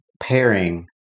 pairing